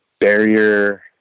Barrier